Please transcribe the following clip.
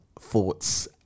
thoughts